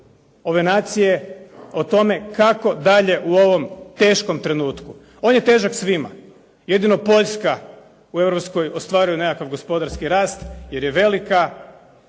ove nacije o tome kako dalje u ovom teškom trenutku. On je težak svima, jedino Poljska u Europskoj ostvaruje nekakav gospodarski rast jer je velika